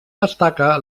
destaca